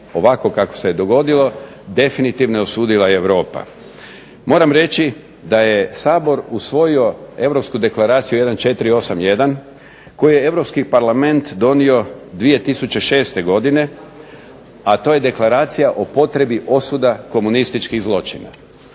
ovako kako se je dogodilo, definitivno je osudila i Europa. Moram reći da je Sabor usvojio europsku deklaraciju 1481 koju je Europski Parlament donio 2006. godine, a to je deklaracija o potrebi osuda komunističkih zločina.